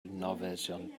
norwegian